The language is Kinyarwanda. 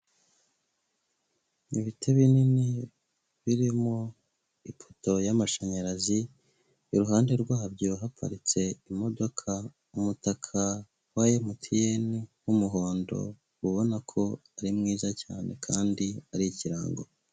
Ibiti binini birimo ipoto y'amashanyarazi, iruhande rwabyo haparitse imodoka, umutaka wa MTN w'umuhondo ubona ko ari mwiza cyane kandi ari ikirango.